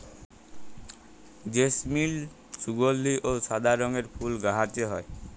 জেসমিল সুগলধি অ সাদা রঙের ফুল গাহাছে হয়